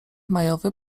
majowy